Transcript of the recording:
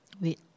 Wait